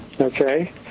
okay